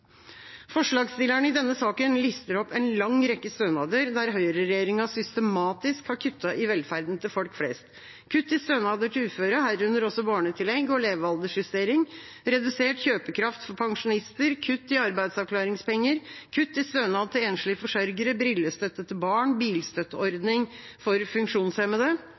Forslagsstillerne i denne saken lister opp en lang rekke stønader der høyreregjeringa systematisk har kuttet i velferden til folk flest – kutt i stønader til uføre, herunder også barnetillegg og leveraldersjustering, redusert kjøpekraft for pensjonister, kutt i arbeidsavklaringspenger, kutt i stønad til enslige forsørgere, brillestøtte til barn og bilstøtteordning for funksjonshemmede.